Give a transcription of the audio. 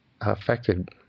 affected